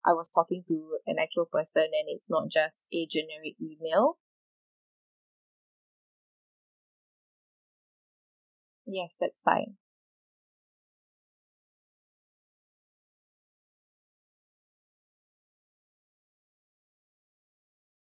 I was talking to an actual person and it's not just a generate email yes that's fine